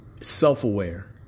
self-aware